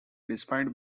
despite